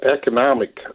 economic